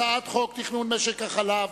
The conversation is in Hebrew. הצעת חוק תכנון משק החלב,